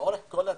לאורך כל הדרך,